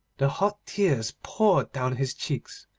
the hot tears poured down his cheeks,